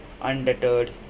undeterred